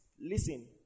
Listen